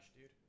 dude